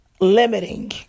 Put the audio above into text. limiting